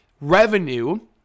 revenue